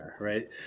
right